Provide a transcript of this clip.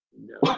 no